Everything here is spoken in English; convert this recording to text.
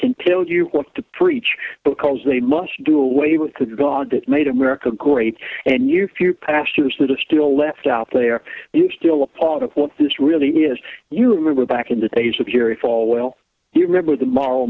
can tell you what to preach because they must do away with the god that made america great and you few pastors that are still left out there is still a part of what this really is you remember back in the days of hearing falwell you remember the moral